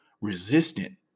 resistant